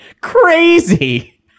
Crazy